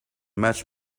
much